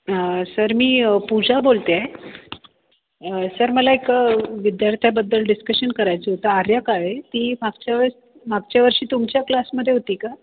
अं sir मी पूजा बोलत आहे अं सर मला एका विद्यार्थ्याबद्दल डीसकशन करायचं होतं आर्या काळे ती मागच्या वेळेस मागच्या वर्षी तुमच्या क्लासमध्ये होती का